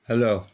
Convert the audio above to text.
hello